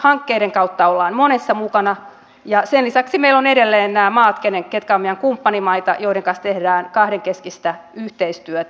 hankkeiden kautta ollaan monessa mukana ja sen lisäksi meillä on edelleen nämä maat jotka ovat meidän kumppanimaitamme joiden kanssa tehdään kahdenkeskistä yhteistyötä